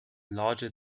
larger